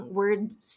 words